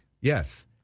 yes